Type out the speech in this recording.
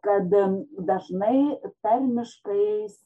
kad dažnai tarmiškai